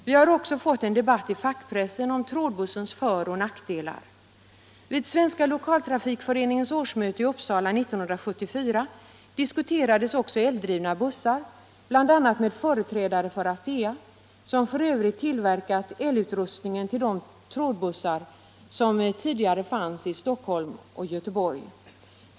Vi har också fått en debatt i fackpressen om trådbussens för och nackdelar. Vid Svenska lokaltrafikföreningens årsmöte i Uppsala 1974 diskuterades också eldrivna bussar, bl.a. med företrädare för ASEA, som f. ö. tillverkat elutrustningen till de trådbussar som tidigare fanns i Stockholm och Göteborg.